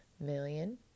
million